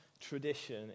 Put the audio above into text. tradition